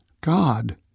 God